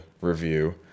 review